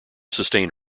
sustained